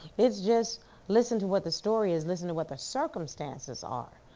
it's just listen to what the story is, listen to what the circumstances are.